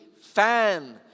fan